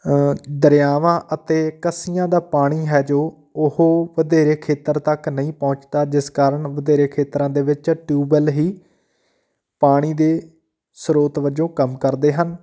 ਦਰਿਆਵਾਂ ਅਤੇ ਕੱਸੀਆਂ ਦਾ ਪਾਣੀ ਹੈ ਜੋ ਉਹ ਵਧੇਰੇ ਖੇਤਰ ਤੱਕ ਨਹੀਂ ਪਹੁੰਚਦਾ ਜਿਸ ਕਾਰਨ ਵਧੇਰੇ ਖੇਤਰਾਂ ਦੇ ਵਿੱਚ ਟਿਊਬਵੈਲ ਹੀ ਪਾਣੀ ਦੇ ਸਰੋਤ ਵਜੋਂ ਕੰਮ ਕਰਦੇ ਹਨ